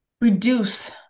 reduce